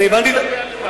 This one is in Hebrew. את זה אני יודע לבד.